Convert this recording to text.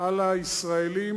על הישראלים,